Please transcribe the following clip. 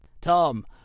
Tom